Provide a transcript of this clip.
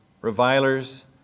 revilers